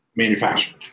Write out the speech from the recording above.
manufactured